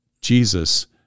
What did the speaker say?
Jesus